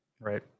Right